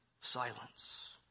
silence